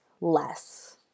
less